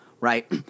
right